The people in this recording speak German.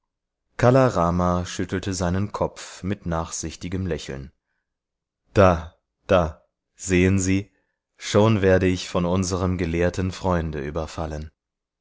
kala rama schüttelte seinen kopf mit nachsichtigem lächeln da sehen sie schon werde ich von unserem gelehrten freunde überfallen